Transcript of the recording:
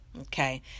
okay